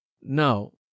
No